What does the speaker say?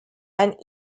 and